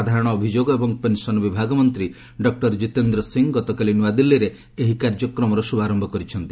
ସାଧାରଣ ଅଭିଯୋଗ ଏବଂ ପେନ୍ସନ୍ ବିଭାଗ ମନ୍ତ୍ର ଡକ୍ର କିତେନ୍ଦ୍ର ସିଂହ ଗତକାଲି ନୃଆଦିଲ୍ଲୀରେ ଏହି କାର୍ଯ୍ୟକ୍ରମର ଶୁଭାରମ୍ଭ କରିଛନ୍ତି